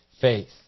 faith